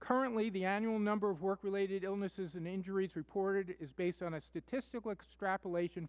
currently the annual number of work related illnesses and injuries reported is based on a statistical extrapolat